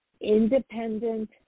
independent